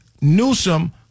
Newsom